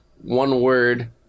one-word